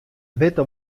witte